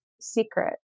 secret